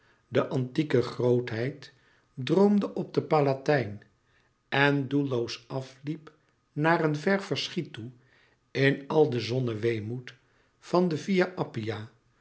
de antieke grootheid droomde op den palatijn en doelloos afliep naar een ver verschiet toe in al den zonneweemoed van de via appia